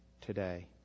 today